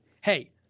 hey